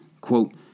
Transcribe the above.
Quote